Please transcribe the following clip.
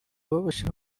babashyira